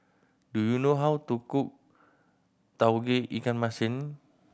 do you know how to cook Tauge Ikan Masin